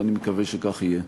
ואני מקווה שכך יהיה.